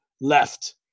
left